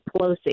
Pelosi